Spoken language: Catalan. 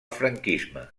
franquisme